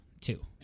Two